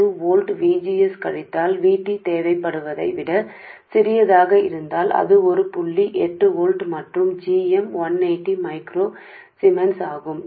2 వోల్ట్ల ఉంటే VGS minus VT అవసరం ఏమి కంటే తక్కువగా ఉంటుంది అది ఒక పాయింట్ ఎనిమిది వోల్ట్లు మరియు జిమ్ 180 మైక్రో సిమెన్స్ అవుతుంది